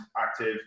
active